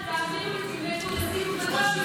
בבקשה.